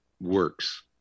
works